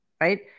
Right